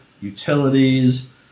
utilities